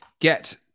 get